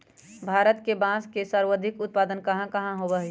भारत में बांस के सर्वाधिक उत्पादन कहाँ होबा हई?